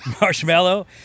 marshmallow